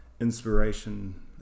inspiration